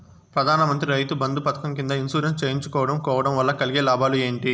ప్రధాన మంత్రి రైతు బంధు పథకం కింద ఇన్సూరెన్సు చేయించుకోవడం కోవడం వల్ల కలిగే లాభాలు ఏంటి?